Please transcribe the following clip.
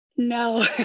No